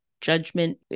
judgment